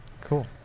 cool